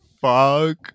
fuck